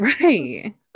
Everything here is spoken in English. right